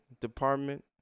department